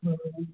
हजुर